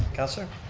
councilor?